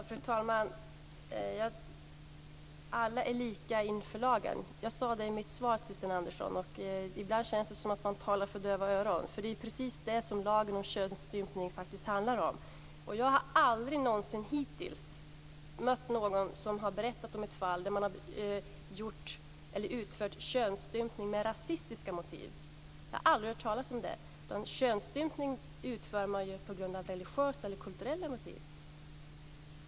Fru talman! Alla är lika inför lagen. Jag sade det i mitt svar till Sten Andersson. Ibland känns det som om man talar för döva öron. Det är ju precis det som lagen om könsstympning faktiskt handlar om. Jag har hittills aldrig mött någon som har berättat om att man har utfört könsstympning med rasistiska motiv. Jag har aldrig hört talas om det. Könsstympning utför man på grund av religiösa eller kulturella motiv.